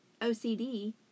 OCD